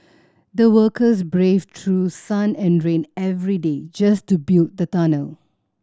the workers braved through sun and rain every day just to build the tunnel